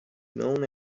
known